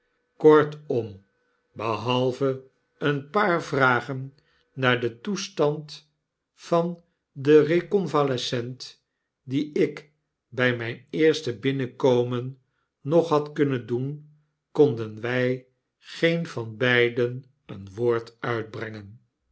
behalve een paar vragen naar den toestand van den reconvalescent die ik by myn eerste binnenkomen nog had kunnen doen konden wy geen van beiden een woord uitbrengen